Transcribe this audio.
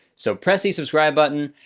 so press the subscribe button.